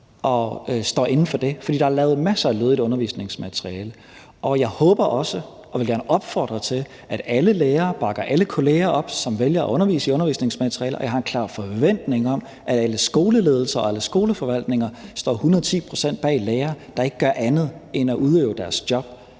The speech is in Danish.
og står inde for det. For der er jo lavet masser af lødigt undervisningsmateriale, og jeg håber også og vil gerne opfordre til, at alle lærere bakker alle kolleger op, som vælger at undervise i undervisningsmateriale, og jeg har en klar forventning om, at alle skoleledelser og alle skoleforvaltninger står hundrede ti procent bag lærere, der ikke gør andet end at udøve deres job.